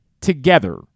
together